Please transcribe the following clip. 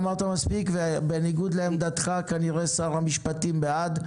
בניגוד לעמדתך כנראה שר המשפטים בעד.